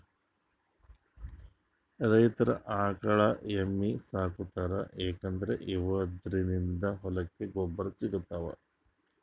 ರೈತರ್ ಆಕಳ್ ಎಮ್ಮಿ ಸಾಕೋತಾರ್ ಯಾಕಂದ್ರ ಇವದ್ರಿನ್ದ ಹೊಲಕ್ಕ್ ಗೊಬ್ಬರ್ ಸಿಗ್ತದಂತ್